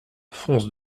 fonce